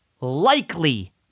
likely